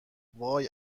وای